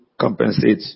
compensate